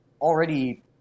already